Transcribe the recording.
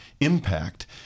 impact